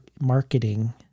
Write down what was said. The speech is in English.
marketing